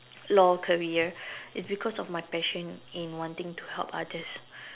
law career it's because of my passion in wanting to help others